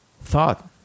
thought